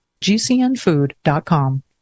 GCNfood.com